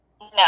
No